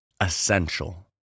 essential